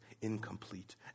incomplete